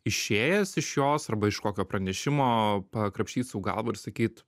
išėjęs iš jos arba iš kokio pranešimo pakrapštyt sau galva ir sakyt